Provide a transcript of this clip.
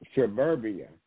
suburbia